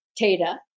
Tata